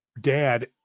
dad